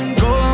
go